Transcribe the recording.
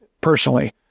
personally